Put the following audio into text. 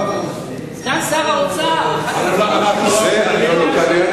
סגן שר האוצר נמצא,